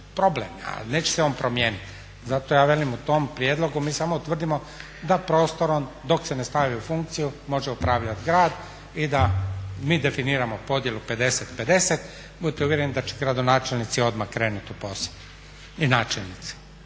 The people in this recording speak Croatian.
problem, ali neće se on promijeniti. Zato ja velim u tom prijedlogu mi utvrdimo da prostorom dok se ne stavi u funkciju može upravljati grad i da mi definiramo podjelu 50:50, budite uvjereni da će gradonačelnici odmah krenuti u posao i načelnici.